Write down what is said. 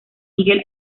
miguel